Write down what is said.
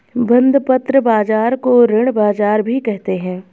बंधपत्र बाज़ार को ऋण बाज़ार भी कहते हैं